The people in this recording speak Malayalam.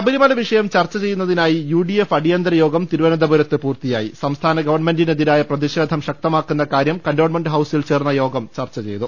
ശബരിമല് വിഷയം ചർച്ച ചെയ്യുന്നതിനായി യു ഡി എഫ് അടിയന്തരയോഗം തിരുവനന്തപുരത്ത് പൂർത്തിയായി സംസ്ഥാന ഗവൺമെന്റിനെതിരായ പ്രതിഷേധം ശക്തമാക്കുന്ന കാര്യം കന്റോൺമെന്റ് ഹൌസിൽ ചേർന്ന യോഗം ചർച്ച ചെയ്തു